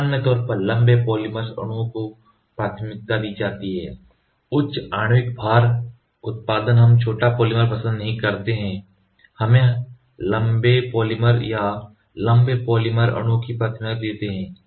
सामान्य तौर पर लंबे पॉलीमर अणुओं को प्राथमिकता दी जाती है उच्च आणविक भार का उत्पादन हम छोटा पॉलीमर पसंद नहीं करते हैं हम हमेशा लंबे पॉलीमर या लंबे पॉलीमर अणुओं को प्राथमिकता देते हैं